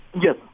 Yes